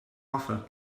offer